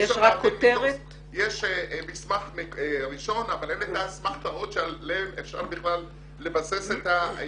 יש מסמך ראשון אבל אין את האסמכתאות עליהן אפשר לבסס את התגובות.